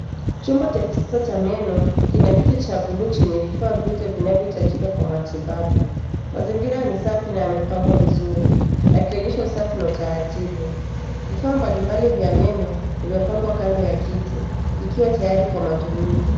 Chombo cha kisasa cha meno kina kiti cha buluu chenye vifaa vyote vinavyohitajika kwa matibabu. Mazingira ni safi na yamepangwa vizuri. Yakionyesha usafi na utaratibu. Vifaa mbalimbali vya meno vimepangwa kando ya kiti, vikiwa tayari kwa matumizi.